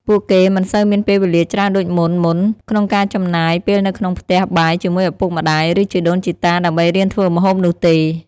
ពួកគេមិនសូវមានពេលវេលាច្រើនដូចមុនៗ ក្នុងការចំណាយពេលនៅក្នុងផ្ទះបាយជាមួយឪពុកម្តាយ ឬជីដូនជីតាដើម្បីរៀនធ្វើម្ហូបនោះទេ។